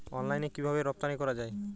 অনলাইনে কিভাবে রপ্তানি করা যায়?